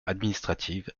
administrative